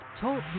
talk